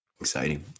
Exciting